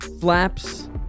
flaps